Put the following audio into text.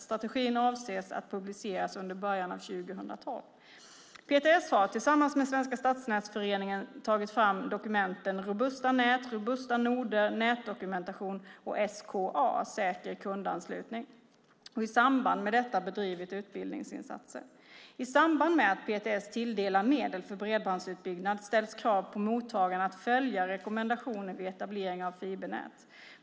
Strategin avses att publiceras under början av 2012. PTS har tillsammans med Svenska Stadsnätsföreningen tagit fram dokumenten Robusta nät, Robusta noder, Nätdokumentation och SKA, säker kundanslutning, och i samband med detta bedrivit utbildningsinsatser. I samband med att PTS tilldelar medel för bredbandsutbyggnad ställs krav på mottagaren att följa rekommendationer vid etablering av fibernät.